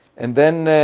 and then,